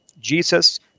Jesus